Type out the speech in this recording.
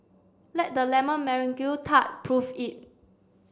let the lemon tart prove it